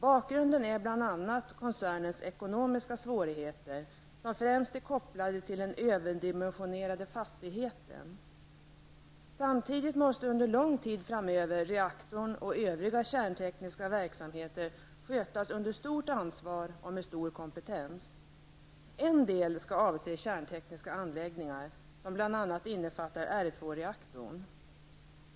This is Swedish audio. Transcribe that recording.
Bakgrunden är bl.a. koncernens ekonomiska svårigheter, som främst är kopplade till den överdimensionerade fastigheten. Samtidigt måste under lång tid framöver reaktorn och övriga kärntekniska verksamheter skötas under stort ansvar och med stor kompetens. En del skall avse kärntekniska anläggningar, som bl.a. innefattar R2-reaktorn.